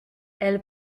elles